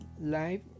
live